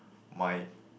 my